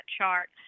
chart